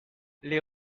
les